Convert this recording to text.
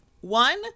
One